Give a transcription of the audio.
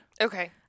Okay